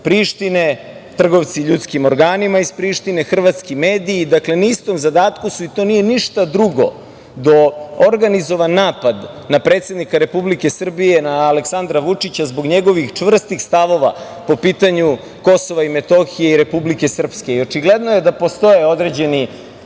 Prištine, trgovci ljudskim organima iz Prištine, hrvatski mediji. Dakle, na istom zadatku su, i to nije ništa drugo do organizovan napad na predsednika Republike Srbije, na Aleksandra Vučića, zbog njegovih čvrstih stavova po pitanju Kosova i Metohije i Republike Srpske. Očigledno je da postoje određeni